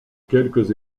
quelques